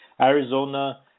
Arizona